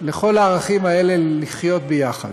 לכל הערכים האלה לחיות ביחד.